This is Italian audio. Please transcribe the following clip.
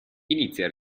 inizia